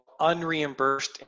unreimbursed